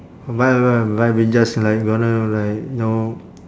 but but but I be just like gonna like know